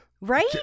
Right